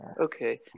Okay